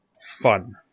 fun